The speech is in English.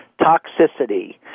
toxicity